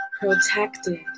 protected